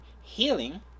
healing